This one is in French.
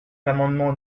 l’amendement